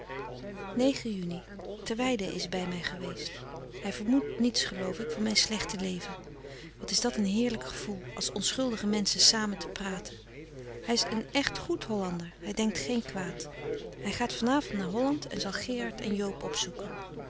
juni terweyde is bij mij geweest hij vermoedt niets geloof ik van mijn slechte leven wat is dat een heerlijk gevoel als onschuldige menschen samen te praten hij is een echt goed hollander hij denkt geen kwaad hij gaat van avond naar holland en zal gerard en joob opzoeken